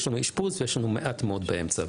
יש לנו אשפוז ויש לנו מעט מאוד באמצע.